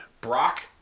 Brock